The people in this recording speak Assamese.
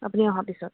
আপুনি অহা পিছত